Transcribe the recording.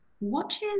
watches